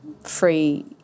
free